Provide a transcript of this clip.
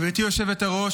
גברתי היושבת-ראש,